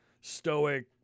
stoic